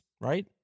right